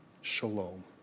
Shalom